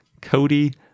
Cody